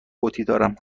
دارم